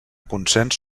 consens